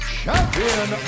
champion